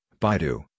Baidu